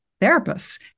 therapists